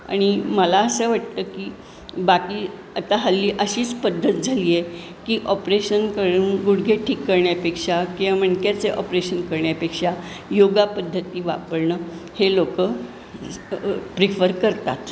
आणि मला असं वाटतं की बाकी आता हल्ली अशीच पद्धत झाली आहे की ऑपरेशन करून गुडघे ठीक करण्यापेक्षा किंवा मणक्याचे ऑपरेशन करण्यापेक्षा योगा पद्धती वापरणं हे लोक प्रिफर करतात